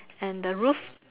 and the roof